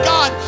God